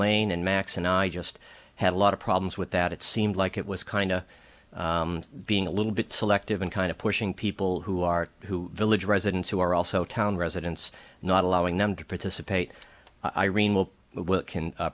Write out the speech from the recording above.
ine and max and i just had a lot of problems with that it seemed like it was kind of being a little bit selective and kind of pushing people who are who village residents who are also town residents not allowing them to participate irene will